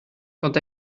quant